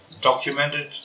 documented